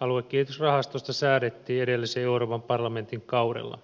aluekehitysrahastosta säädettiin edellisen euroopan parlamentin kaudella